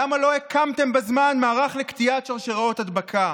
למה לא הקמתם בזמן מערך לקטיעת שרשראות הדבקה?